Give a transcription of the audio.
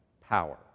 power